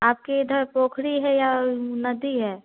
आपके इधर पोखरी है या नदी है